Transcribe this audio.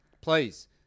please